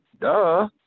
Duh